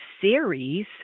series